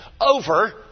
over